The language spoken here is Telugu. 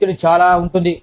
ఒత్తిడి చాలా ఉంటుంది